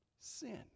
Sin